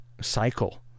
cycle